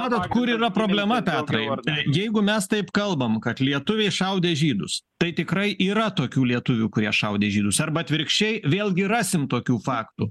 matot kur yra problema petrai jeigu mes taip kalbam kad lietuviai šaudė žydus tai tikrai yra tokių lietuvių kurie šaudė žydus arba atvirkščiai vėlgi rasim tokių faktų